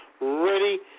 ready